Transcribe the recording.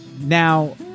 Now